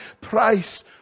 price